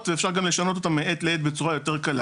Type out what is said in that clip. ואפשר גם לשנות אותן מעת לעת בצורה יותר קלה